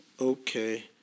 Okay